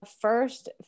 first